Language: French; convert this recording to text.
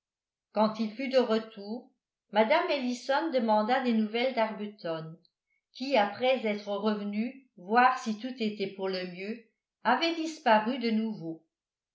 quand il fut de retour mme ellison demanda des nouvelles d'arbuton qui après être revenu voir si tout était pour le mieux avait disparu de nouveau